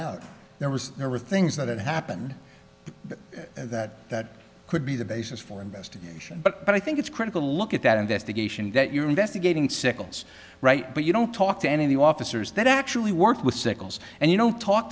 out there was there were things that happened that that could be the basis for investigation but i think it's critical to look at that investigation that you're investigating sickles right but you don't talk to any of the officers that actually worked with sickles and you don't talk